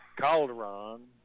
Calderon